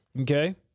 okay